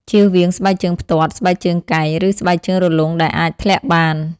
ជៀសវាងស្បែកជើងផ្ទាត់ ស្បែកជើងកែង ឬស្បែកជើងរលុងដែលអាចធ្លាក់បាន។